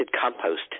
compost